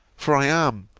for i am,